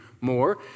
more